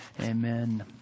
Amen